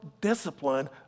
discipline